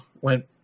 went